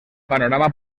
panorama